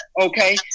Okay